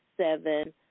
seven